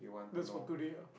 but it's for today ah